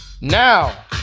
Now